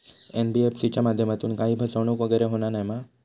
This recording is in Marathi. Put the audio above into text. एन.बी.एफ.सी च्या माध्यमातून काही फसवणूक वगैरे होना नाय मा?